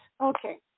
Okay